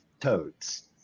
toads